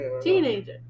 teenager